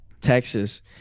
Texas